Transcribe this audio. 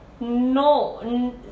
No